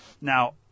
Now